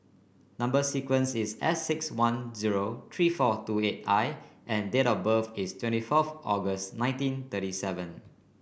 number sequence is S six one zero three four two eight I and date of birth is twenty fourth August nineteen thirty seven